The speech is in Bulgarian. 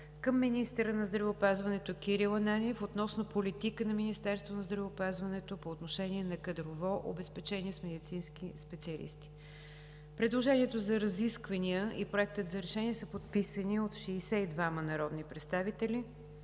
към министъра на здравеопазването Кирил Ананиев относно политиката на Министерството на здравеопазването по отношение на кадровото обезпечение с медицинските специалисти.“ Предложението за разисквания и Проекта за решение са подписани от 62 народни представители.